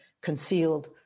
Concealed